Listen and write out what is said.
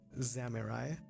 samurai